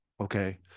okay